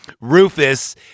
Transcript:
Rufus